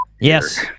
Yes